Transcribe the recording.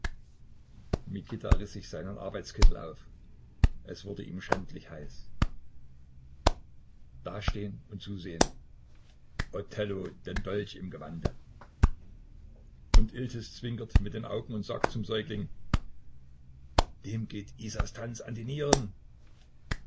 riß sich seinen arbeitskittel auf es wurde ihm schändlich heiß da stehn und zusehn othello den dolch im gewande und iltis zwinkert mit den augen und sagt zum säugling dem geht isas tanz an die nieren